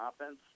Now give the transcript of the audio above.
offense